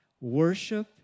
worship